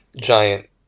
giant